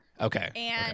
Okay